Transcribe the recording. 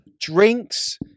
drinks